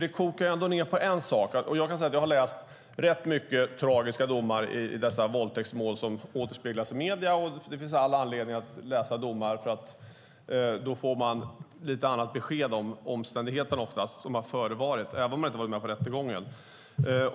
Jag har läst ganska många tragiska domar i våldtäktsmål som återspeglas i medierna, och det finns all anledning att läsa domar, för då får man lite annat besked om de omständigheter som har förevarit även om man inte har varit med på rättegången.